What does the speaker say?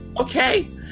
okay